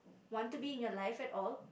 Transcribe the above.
want to be in your life at all